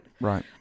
Right